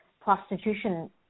prostitution